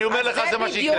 אני אומר לך שזה מה שיקרה.